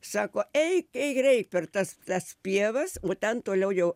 sako eik eik greit per tas tas pievas o ten toliau jau